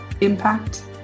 impact